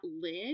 lid